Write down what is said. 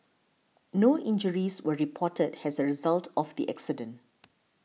no injuries were reported as a result of the accident